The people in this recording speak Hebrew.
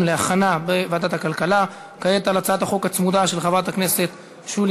ההצעה להעביר את הצעת חוק התקשורת (בזק ושידורים)